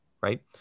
right